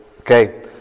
Okay